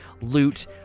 loot